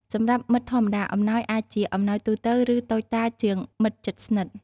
សម្រាប់មិត្តធម្មតា អំណោយអាចជា អំណោយទូទៅ ឬតូចតាចជាងមិត្តជិតស្និទ្ធ។